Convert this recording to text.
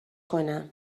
کنم